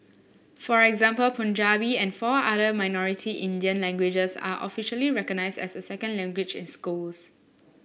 for example Punjabi and four other minority Indian languages are officially recognised as a second language in schools